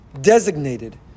designated